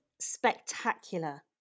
spectacular